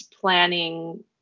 planning